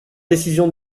décisions